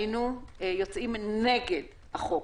היינו יוצאים נגד החוק.